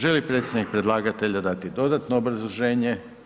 Želi li predstavnik predlagatelja dati dodatno obrazloženje?